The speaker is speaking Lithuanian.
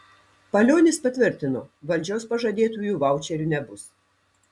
palionis patvirtino valdžios pažadėtųjų vaučerių nebus